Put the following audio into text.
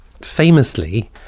Famously